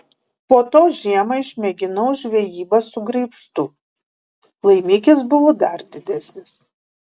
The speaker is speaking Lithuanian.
po to žiemą išmėginau žvejybą su graibštu laimikis buvo dar didesnis